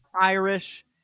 Irish